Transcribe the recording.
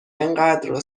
انقدر